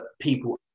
people